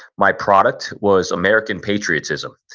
my product was american patriotism,